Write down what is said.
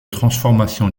transformations